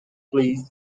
please